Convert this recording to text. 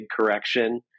correction